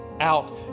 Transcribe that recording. out